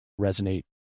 resonate